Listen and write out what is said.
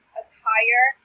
attire